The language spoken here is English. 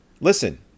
listen